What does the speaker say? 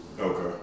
Okay